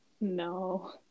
No